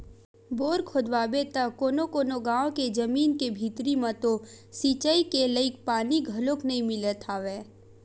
bore खोदवाबे त कोनो कोनो गाँव के जमीन के भीतरी म तो सिचई के लईक पानी घलोक नइ मिलत हवय